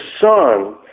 Son